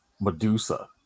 Medusa